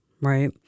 right